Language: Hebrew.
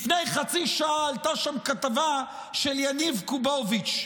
לפני חצי שעה עלתה שם כתבה של יניב קובוביץ.